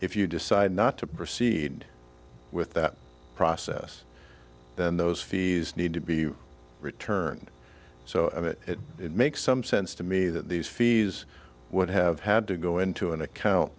if you decide not to proceed with that process then those fees need to be returned so and it makes some sense to me that these fees would have had to go into an account